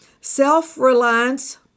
self-reliance